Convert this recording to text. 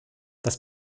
das